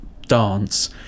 dance